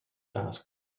ask